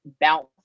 bounce